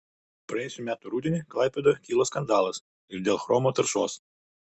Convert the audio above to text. praėjusių metų rudenį klaipėdoje kilo skandalas ir dėl chromo taršos